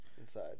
inside